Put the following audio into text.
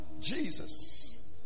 Jesus